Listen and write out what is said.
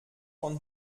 von